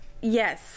Yes